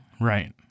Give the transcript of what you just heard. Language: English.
Right